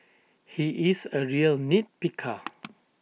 he is A real nit picker